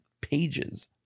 pages